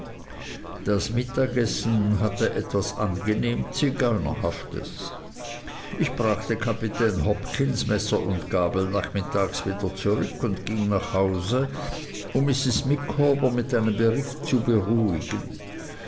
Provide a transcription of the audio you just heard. das mittagessen hatte etwas angenehm zigeunerhaftes ich brachte kapitän hopkins messer und gabel nachmittags wieder zurück und ging nach hause um mrs micawber mit einem bericht zu beruhigen